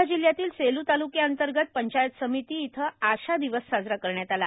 वर्धा जिल्ह्यातील सेलू तालुक्यातंर्गत पंचायत समिती इथं आशा दिवस साजरा करण्यात आला